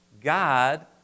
God